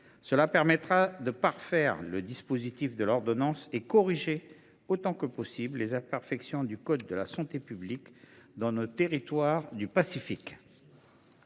qui permet de parfaire le dispositif de l’ordonnance et de corriger autant que possible les imperfections du code de la santé publique tel qu’il s’applique dans nos territoires du Pacifique.